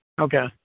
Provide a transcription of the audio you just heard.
Okay